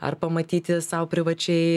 ar pamatyti sau privačiai